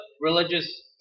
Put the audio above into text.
religious